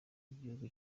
igihugu